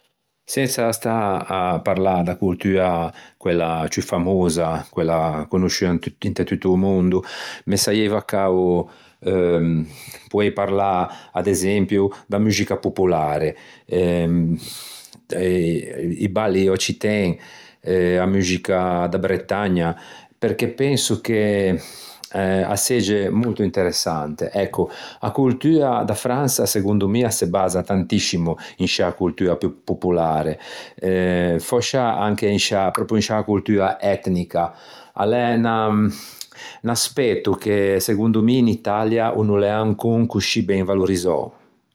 Sensa stâ à parlâ da coltua quella ciù famosa, quella conosciua inte tutto o mondo me saieiva cao ehm poei parlâ ad esempio da muxica popolare ehm i balli occiten, a muxica da Bretagna perché penso che a segge molto interessante, ecco. A coltua da Fransa segondo mi a se basa tantiscimo in sciâ coltua popolare eh fòscia in sciâ pròpio in sciâ coltua etnica. A l'é unna un aspetto che in Italia o no l'é ancon coscì ben valorizzou.